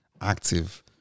active